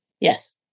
Yes